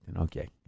Okay